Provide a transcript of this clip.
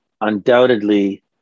Undoubtedly